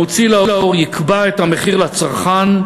המוציא לאור יקבע את המחיר לצרכן,